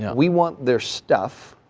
yeah we want their stuff,